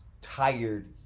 tired